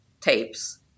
tapes